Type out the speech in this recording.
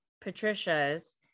Patricia's